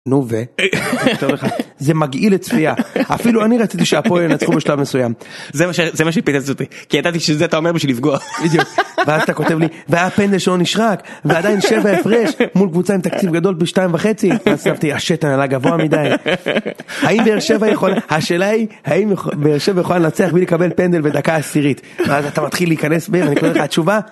נו ו...? זה מגעיל לצפייה. אפילו אני רציתי שהפועל ינצחו בשלב מסוים. זה מה ש...זה מה שפיצץ אותי כי ידעתי שזה אתה אומר בשביל לפגוע. ואתה כותב לי: והיה פנדל שלא נשרק, ועדיין שבע הפרש, מול קבוצה עם תקציב גדול פי שתיים וחצי, אז חשבתי השתן עלה גבוה מדי. האם באר שבע יכולה השאלה היא האם באר שבע יכולה לנצח בלי לקבל פנדל בדקה עשירית ואז אתה מתחיל להיכנס בהם אני קורא לך התשובה.